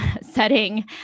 setting